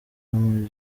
ama